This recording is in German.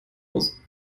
muss